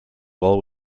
well